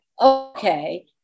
okay